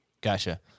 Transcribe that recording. Gotcha